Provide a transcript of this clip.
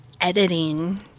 editing